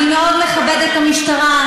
אני מאוד מכבדת את המשטרה,